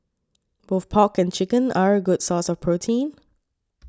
both pork and chicken are a good source of protein